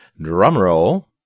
Drumroll